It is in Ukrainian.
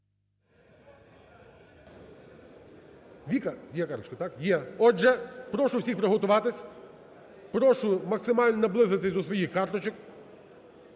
Віка! Є карточка, так? Є. Отже, прошу всіх приготуватись, прошу максимально наблизитись до своїх карточок.